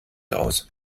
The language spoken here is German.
aus